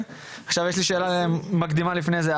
עכשיו יש לי שאלה מקדימה לפני זה.